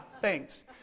thanks